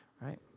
Right